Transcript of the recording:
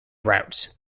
routes